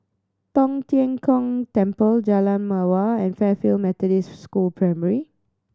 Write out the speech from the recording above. Tong Tien Kung Temple Jalan Mawar and Fairfield Methodist School Primary